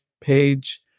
page